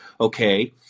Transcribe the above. Okay